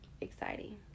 Exciting